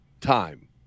time